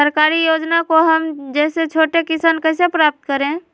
सरकारी योजना को हम जैसे छोटे किसान कैसे प्राप्त करें?